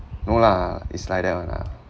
no lah is like that one lah